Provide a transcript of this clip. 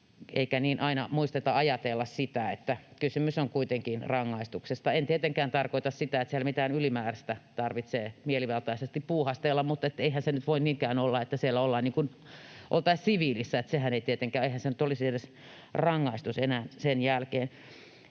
eikä aina niin muisteta ajatella sitä, että kysymys on kuitenkin rangaistuksesta. En tietenkään tarkoita sitä, että siellä mitään ylimääräistä tarvitsee mielivaltaisesti puuhastella, mutta eihän se nyt voi niinkään olla, että siellä ollaan niin kuin oltaisiin siviilissä — eihän se nyt tietenkään olisi edes rangaistus enää sen jälkeen.